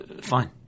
Fine